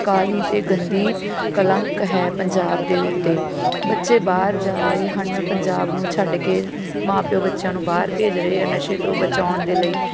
ਕਾਲੀ ਅਤੇ ਗੰਦੀ ਕਲੰਕ ਹੈ ਪੰਜਾਬ ਦੇ ਉੱਤੇ ਬੱਚੇ ਬਾਹਰ ਜਾ ਰਹੇ ਹਨ ਪੰਜਾਬ ਨੂੰ ਛੱਡ ਕੇ ਮਾਂ ਪਿਓ ਬੱਚਿਆਂ ਨੂੰ ਬਾਹਰ ਭੇਜ ਰਹੇ ਆ ਨਸ਼ੇ ਤੋਂ ਬਚਾਉਣ ਦੇ ਲਈ